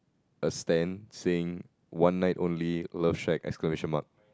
a stand saying one night only love shack exclamation mark